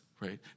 right